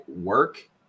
work